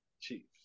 Chiefs